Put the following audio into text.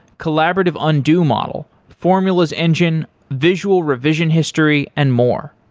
collaborative undo model, formulas engine, visual revision history and more.